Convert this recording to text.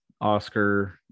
Oscar